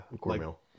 cornmeal